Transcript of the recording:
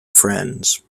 friends